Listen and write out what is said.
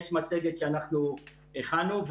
יש מצגת שאנחנו הכנו,